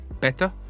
better